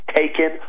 taken